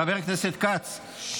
חבר הכנסת כץ,